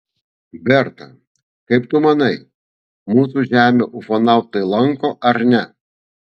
berta kaip tu manai mūsų žemę ufonautai lanko ar ne